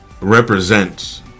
represents